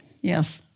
Yes